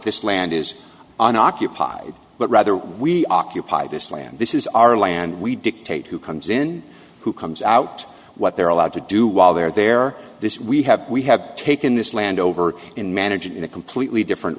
this land is an occupied but rather we occupy this land this is our land we dictate who comes in who comes out what they're allowed to do while they're there this we have we have taken this land over in managing in a completely different